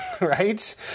right